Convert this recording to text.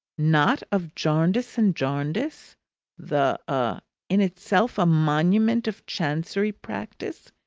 not of jarndyce and jarndyce the a in itself a monument of chancery practice.